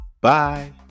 Bye